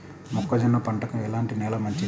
మొక్క జొన్న పంటకు ఎలాంటి నేల మంచిది?